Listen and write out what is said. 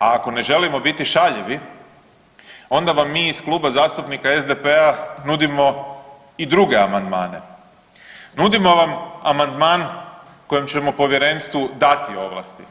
A ako ne želimo biti šaljivi onda vam mi iz Kluba zastupnika SDP-a nudimo i druge amandmane, nudimo vam amandman kojem ćemo povjerenstvu dati ovlasti